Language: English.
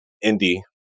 Indy